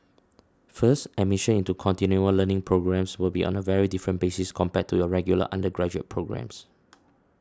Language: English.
first admission into continual learning programmes will be on a very different basis compared to your regular undergraduate programmes